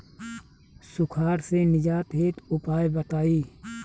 सुखार से निजात हेतु उपाय बताई?